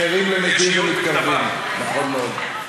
אחרים מגיעים ומתקרבים, נכון מאוד.